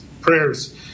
prayers